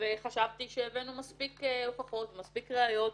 וחשבתי שהבאנו מספיק הוכחות ומספיק ראיות,